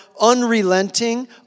unrelenting